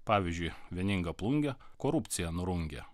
pavyzdžiui vieninga plunge korupcija nurungia